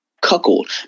cuckold